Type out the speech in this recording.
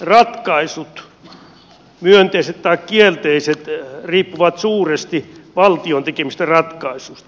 ratkaisut myönteiset tai kielteiset riippuvat suuresti valtion tekemistä ratkaisuista